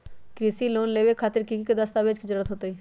कृषि लोन लेबे खातिर की की दस्तावेज के जरूरत होतई?